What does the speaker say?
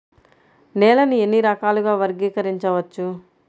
నేలని ఎన్ని రకాలుగా వర్గీకరించవచ్చు?